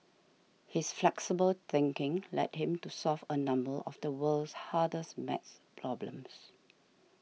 his flexible thinking led him to solve a number of the world's hardest math problems